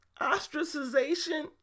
ostracization